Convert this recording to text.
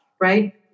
Right